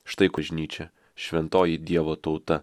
štai kužnyčia šventoji dievo tauta